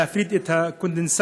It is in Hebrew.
להפריד את הקונדנסט,